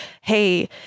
hey